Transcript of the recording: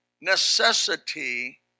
necessity